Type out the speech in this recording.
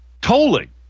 tolling